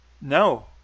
No